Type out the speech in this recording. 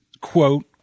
quote